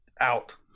Out